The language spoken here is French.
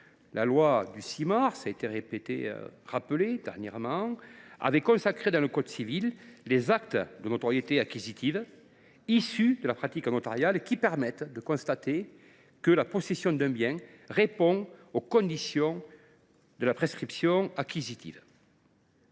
la loi du 6 mars 2017 a consacré dans le code civil les actes de notoriété acquisitive issus de la pratique notariale permettant de constater que la possession d’un bien répond aux conditions de la prescription acquisitive.